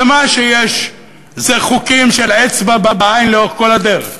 ומה שיש זה חוקים של אצבע בעין לאורך כל הדרך,